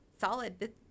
solid